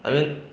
I mean